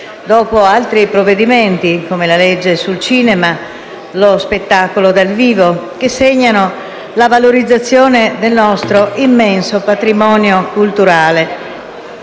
dopo altri provvedimenti come quelli in materia di cinema e di spettacolo dal vivo, che segnano la valorizzazione del nostro immenso patrimonio culturale